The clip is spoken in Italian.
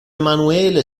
emanuele